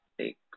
take